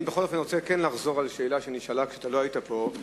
אני רוצה לחזור על שאלה שנשאלה כשלא היית פה,